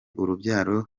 urubyaro